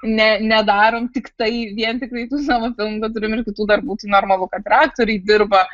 ne nedarant tiktai vien tiktai tų savo filmų bet turim ir kitų darbų tai normalu kad ir aktoriai dirba